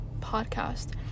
podcast